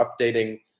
updating